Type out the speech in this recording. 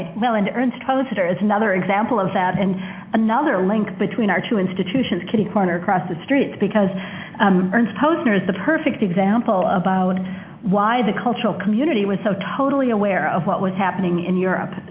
and ernst poster is another example of that. and another link between our two institutions, kitty-corner across the street. because um ernst posner is the perfect example about why the cultural community was so totally aware of what was happening in europe.